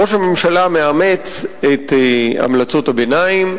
ראש הממשלה מאמץ את המלצות הביניים,